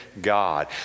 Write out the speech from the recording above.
god